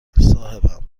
صاحبم